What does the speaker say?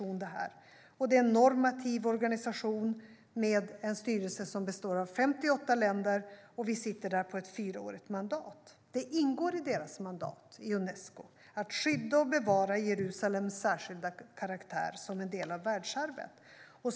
Vi fäster stor vikt vid Unescos insatser för kulturell mångfald, att man bevarar kultur och världsarv, och det ingår i Unescos mandat att skydda och bevara Jerusalems särskilda karaktär som en del av världsarven.